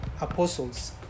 apostles